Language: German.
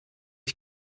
ich